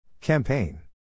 Campaign